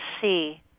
see